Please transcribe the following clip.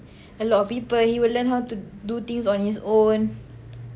a lot of people he would learn how to do things on his own